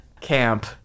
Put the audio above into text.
camp